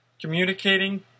Communicating